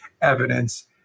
evidence